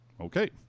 Okay